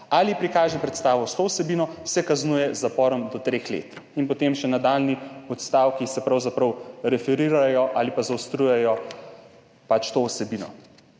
ali prikaže predstavo s to vsebino, se kaznuje z zaporom do treh let.« In potem se še nadaljnji odstavki pravzaprav referirajo ali pa zaostrujejo to vsebino.